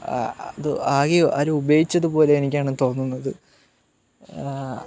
അത് ആകെ ആരോ ഉപയോഗിച്ചതുപോലെ എനിയ്ക്കാണ് തോന്നുന്നത്